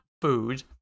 food